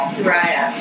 Raya